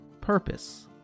purpose